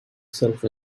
self